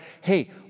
hey